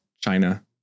China